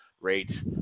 rate